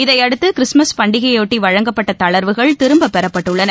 இதையடுத்து கிறிஸ்துமஸ் பண்டிகையையொட்டி வழங்கப்பட்ட தளர்வுகள் திரும்பப பெறப்பட்டுள்ளன